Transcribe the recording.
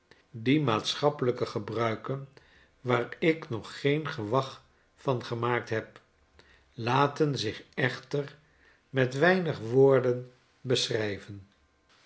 die maatschappelijke gebruiken waar ik noggeengewag vangemaakt heb laten zich echter met weinig woorden beschrijven